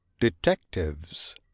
Detectives